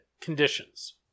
conditions